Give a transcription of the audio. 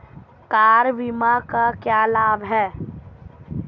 Car बीमा का क्या लाभ है?